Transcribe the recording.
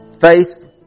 Faith